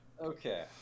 Okay